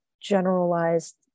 generalized